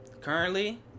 Currently